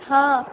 हँ